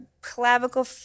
clavicle